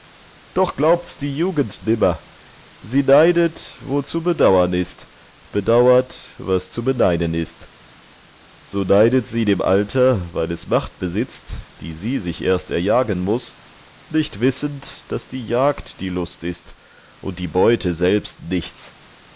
doch glaubt's die jugend nimmer sie neidet wo zu bedauern ist bedauert was zu beneiden ist so neidet sie dem alter weil es macht besitzt die sie sich erst erjagen muß nicht wissend daß die jagd die lust ist und die beute selbst nichts